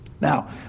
Now